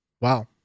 wow